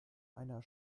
einer